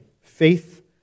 faith